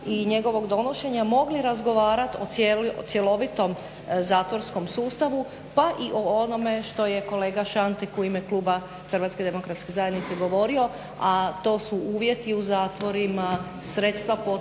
i njegovog donošenja mogli razgovarati o cjelovitom zatvorskom sustavu pa i o onome što je kolega Šantek u ime kluba HDZ-a govorio a to su uvjeti u zatvorima, sredstva potrebna